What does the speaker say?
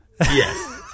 Yes